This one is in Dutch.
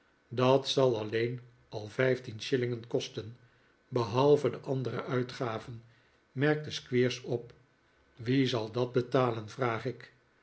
dat zal alleen al vijftien shillingen kosten behalve de andere uitgaven merkte squeers op wie zal dat betalen vraag ik